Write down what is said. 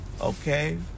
Okay